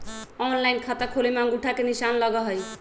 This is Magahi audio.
ऑनलाइन खाता खोले में अंगूठा के निशान लगहई?